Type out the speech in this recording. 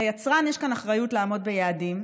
ליצרן יש כאן אחריות לעמוד ביעדים,